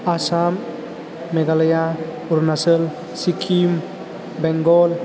Assam Meghalaya Arunachal Sikkim Bengal